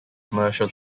commercial